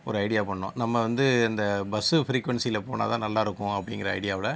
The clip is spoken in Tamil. ஒரு ஐடியா பண்ணோம் நம்ம வந்து இந்த பஸ்ஸு ஃப்ரீக்வென்ஸியில் போனால் தான் நல்லா இருக்கும் அப்படிங்கிற ஐடியாவில்